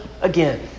again